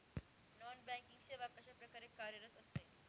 Non banking सेवा कशाप्रकारे कार्यरत असते?